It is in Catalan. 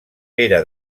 pere